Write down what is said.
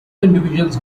individuals